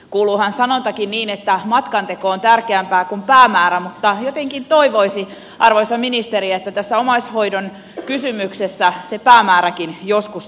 kuuluuhan sanontakin niin että matkanteko on tärkeämpää kuin päämäärä mutta jotenkin toivoisi arvoisa ministeri että tässä omaishoidon kysymyksessä se päämääräkin joskus tulisi eteen